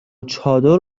چادر